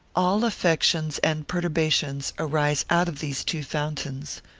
all affections and perturbations arise out of these two fountains,